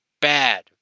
Bad